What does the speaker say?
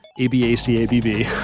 A-B-A-C-A-B-B